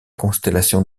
constellation